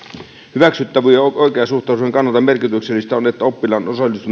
hyväksyttävyyden ja oikeasuhtaisuuden kannalta merkityksellistä on että oppilaan osallistuminen